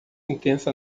intensa